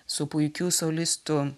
su puikiu solistu